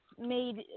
made